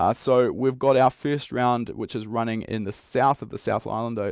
ah so we've got our first round which is running in the south of the south island, ah